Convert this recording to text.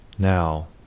Now